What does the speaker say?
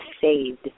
saved